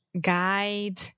guide